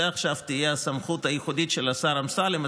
עכשיו זו תהיה הסמכות הייחודית של השר אמסלם.